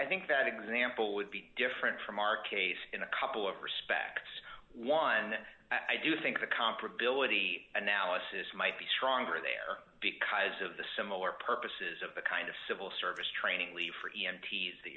i think that example would be different from our case in a couple of respects one i do think the comparability analysis might be stronger there because of the similar purposes of the kind of civil service training leave